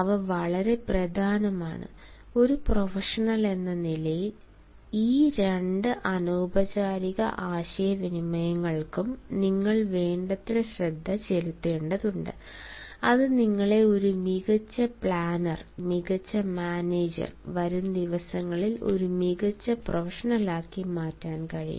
അവ വളരെ പ്രധാനമാണ് ഒരു പ്രൊഫഷണൽ എന്ന നിലയിൽ ഈ രണ്ട് അനൌപചാരിക ആശയവിനിമയങ്ങൾക്കും നിങ്ങൾ വേണ്ടത്ര ശ്രദ്ധ ചെലുത്തേണ്ടതുണ്ട് അത് നിങ്ങളെ ഒരു മികച്ച പ്ലാനർ മികച്ച മാനേജർ വരും ദിവസങ്ങളിൽ ഒരു മികച്ച പ്രൊഫഷണലാക്കി മാറ്റാൻ കഴിയും